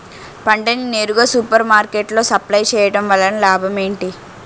పంట ని నేరుగా సూపర్ మార్కెట్ లో సప్లై చేయటం వలన లాభం ఏంటి?